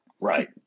Right